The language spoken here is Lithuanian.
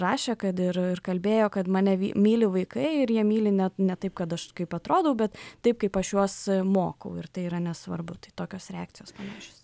rašė kad ir ir kalbėjo kad mane vy myli vaikai ir jie myli ne ne taip kad aš kaip atrodau bet taip kaip aš juos mokau ir tai yra nesvarbu tai tokios reakcijos panašios